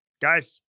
Guys